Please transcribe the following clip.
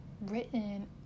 written